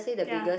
ya